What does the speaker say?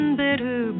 bitter